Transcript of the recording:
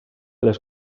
les